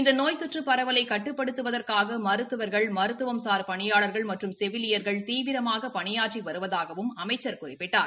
இந்த நோய் தொற்று பரவலை கட்டுப்படுத்துவதற்காக மருத்துவா்கள் மருத்துவசாா் பணியாளர்கள் மற்றும் செவிலியர்கள் தீவிரமாக பணியாற்றி வருவதாகவும் அமைச்சர் குறிப்பிட்டார்